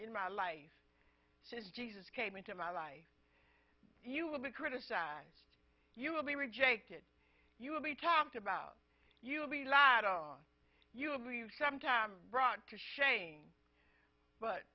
in my life since jesus came into my life you will be criticized you will be rejected you will be talked about you will be lied on you agree sometimes brought to shame but